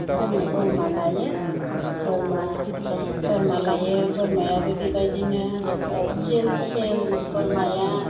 जोङो बोरमा लायो बोरमा लायो बोरमायाबो बेबायदिनो सिल सिल बोरमाया